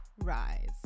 Rise